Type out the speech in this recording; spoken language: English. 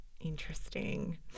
Interesting